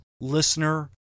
listener